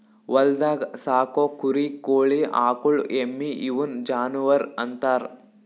ಹೊಲ್ದಾಗ್ ಸಾಕೋ ಕುರಿ ಕೋಳಿ ಆಕುಳ್ ಎಮ್ಮಿ ಇವುನ್ ಜಾನುವರ್ ಅಂತಾರ್